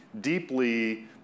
deeply